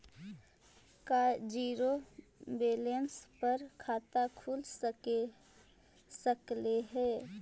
का zero balance पर खाता खुल सकले हे?